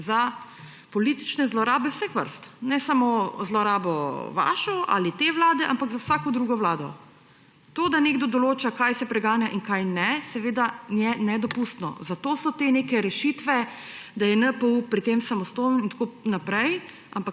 za politične zlorabe vseh vrst. Ne samo vašo zlorabo ali te vlade, ampak za vsako drugo vlado. To, da nekdo določa, kaj se preganja in kaj ne, je nedopustno. Zato so te neke rešitve, da je NPU pri tem samostojen in tako naprej.